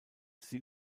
sie